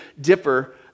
differ